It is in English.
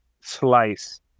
slice